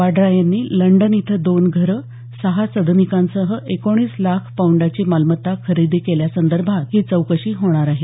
वाड्रा यांनी लंडन इथं दोन घरं सहा सदनिकांसह एकोणीस लाख पाऊंडाची मालमत्ता खरेदी केल्यासंदर्भात ही चौकशी होणार आहे